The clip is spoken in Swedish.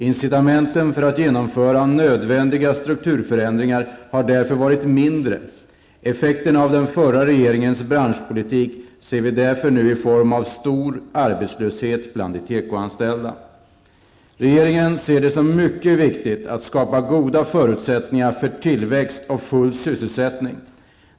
Incitamenten för att genomföra nödvändiga strukturförändringar har därför varit mindre. Effekterna av den förra regeringens branschpolitik ser vi därför nu i form av stor arbetslöshet bland de tekoanställda. Regeringen ser det som mycket viktigt att skapa goda förutsättningar för tillväxt och full sysselsättning.